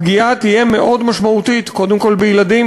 הפגיעה תהיה מאוד משמעותית, קודם כול בילדים.